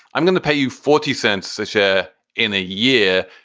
i'm going to pay you forty cents a share in a year?